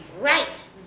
Right